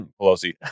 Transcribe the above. Pelosi